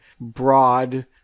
broad